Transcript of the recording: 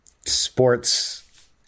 sports